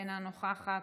אינה נוכחת,